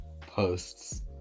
posts